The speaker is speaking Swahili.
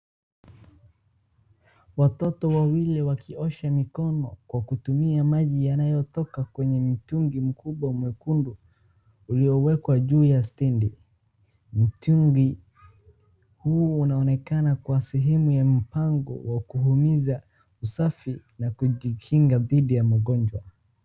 Watoto wawili wakiosha mikono kwa kutumia maji yanayotoka kwenye mtungi mkubwa mwekundu uliowekwa juu ya stendi. Mtungi huu unaonekana kuwa kwa sehemu ya mpango wa kuhimiza usafi na kujikinga dhidi ya magonjwa.